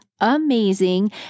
amazing